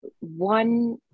one